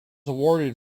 awarded